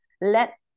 let